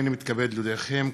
הנני מתכבד להודיעכם,